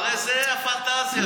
לא, הרי זו הפנטזיה שלכם.